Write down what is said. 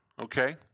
okay